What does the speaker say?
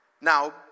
Now